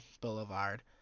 Boulevard